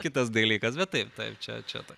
kitas dalykas bet taip taip čia čia ta